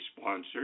sponsored